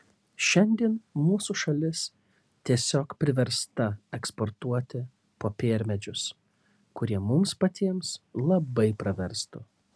šiandien mūsų šalis tiesiog priversta eksportuoti popiermedžius kurie mums patiems labai praverstų